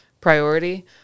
priority